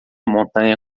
montanha